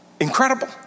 Incredible